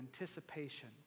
anticipation